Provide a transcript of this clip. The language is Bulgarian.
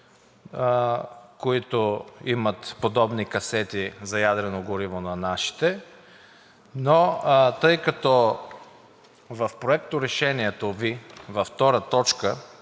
които имат подобни касети за ядрено гориво на нашите, но тъй като в Проекторешението Ви, във втора точка,